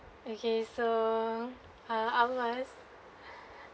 okay so uh alwas